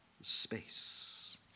space